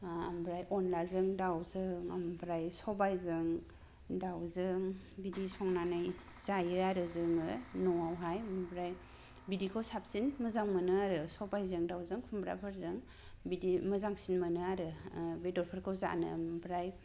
आमफ्राय अनद्लाजों दाउजों आमफ्राय सबाइजों दाउजों बिदि संनानै जायो आरो जोङो न'आवहाय आमफ्राय बिदिखौ साबसिन मोजां मोनो आरो सबाइजों दाउजों खुमब्राफोरजों बिदि मोजांसिन मोनो आरो बेदरफोरखौ जानो आमफ्राय